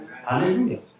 Hallelujah